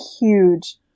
huge